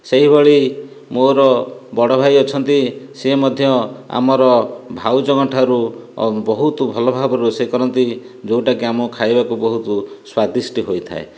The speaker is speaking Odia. ସେହି ଭଳି ମୋର ବଡ଼ ଭାଇ ଅଛନ୍ତି ସେ ମଧ୍ୟ ଆମର ଭାଉଜଙ୍କ ଠାରୁ ବହୁତ ଭଲ ଭାବେ ରୋଷେଇ କରନ୍ତି ଯେଉଁଟାକି ଆମ ଖାଇବାକୁ ବହୁତ ସ୍ଵାଦିଷ୍ଟି ହୋଇଥାଏ